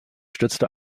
stürzte